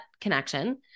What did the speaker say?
connection